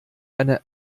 eine